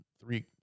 three